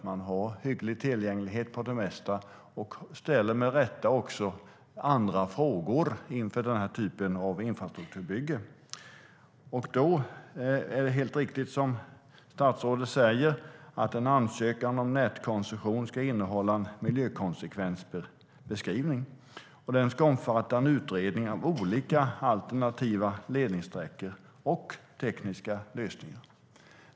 Man har hygglig tillgänglighet till det mesta, och man ställer med rätta också andra frågor inför den här typen av infrastrukturbygge. Som statsrådet säger är det helt riktigt att en ansökan om nätkonsumtion ska innehålla en miljökonsekvensbeskrivning. Den ska omfatta en utredning av olika alternativa ledningssträckor och tekniska lösningar.